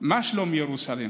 מה שלום ירוסלם: